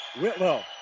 Whitlow